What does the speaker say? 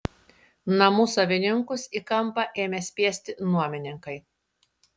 namų savininkus į kampą ėmė spiesti nuomininkai